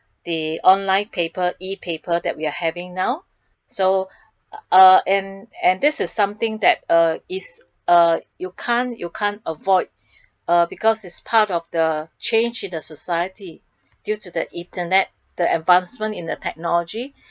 they online paper E paper that we are having now so uh and and this is something that uh is uh you can't you can't avoid uh because it's part of the change in the society due to the internet the advancement in the technology